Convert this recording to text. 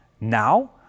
now